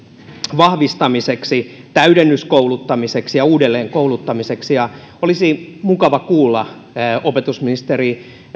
vahvistamiseksi täydennyskouluttamiseksi ja uudelleen kouluttamiseksi olisi mukava kuulla opetusministeri